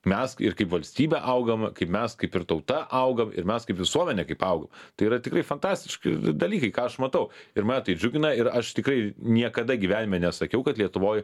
mes ir kaip valstybė augam kaip mes kaip ir tauta augam ir mes kaip visuomenė kaip augam tai yra tikrai fantastiški dalykai ką aš matau ir mane tai džiugina ir aš tikrai niekada gyvenime nesakiau kad lietuvoj